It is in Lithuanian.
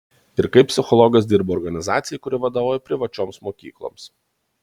ir kaip psichologas dirbu organizacijai kuri vadovauja privačioms mokykloms